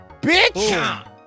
Bitch